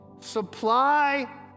supply